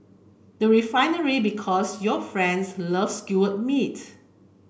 the Refinery Because your friends love skewer meat